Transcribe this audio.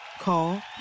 Call